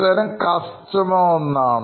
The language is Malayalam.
ഉത്തരം കസ്റ്റമർ എന്നാണ്